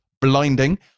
blinding